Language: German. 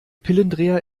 pillendreher